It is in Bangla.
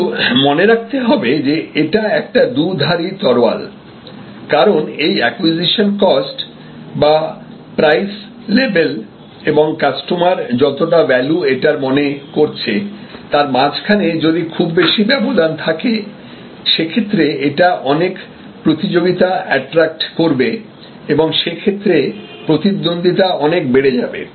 কিন্তু মনে রাখতে হবে যে এটা একটা দুধারী তরোয়াল কারণ এই অ্যাকুইজিশন কস্ট বা প্রাইস লেভেল এবং কাস্টমার যতটা ভ্যালু এটার মনে করছে তার মাঝখানে যদি খুব বেশি ব্যবধান থাকে সেক্ষেত্রে এটা অনেক প্রতিযোগিতা এট্রাক্ট করবে এবং সে ক্ষেত্রে প্রতিদ্বন্দিতা অনেক বেড়ে যাবে